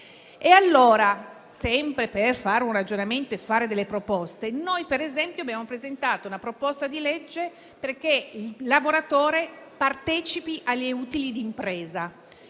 E allora, sempre per fare un ragionamento e per fare delle proposte, noi per esempio abbiamo presentato una proposta di legge che prevede che il lavoratore partecipi agli utili di impresa.